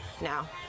now